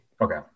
Okay